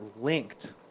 linked